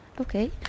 Okay